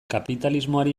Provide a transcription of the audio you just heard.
kapitalismoari